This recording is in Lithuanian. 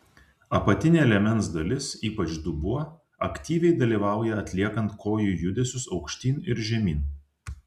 apatinė liemens dalis ypač dubuo aktyviai dalyvauja atliekant kojų judesius aukštyn ir žemyn